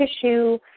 tissue